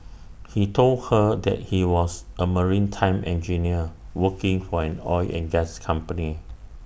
he told her that he was A maritime engineer working for an oil and gas company